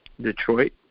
Detroit